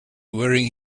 wearing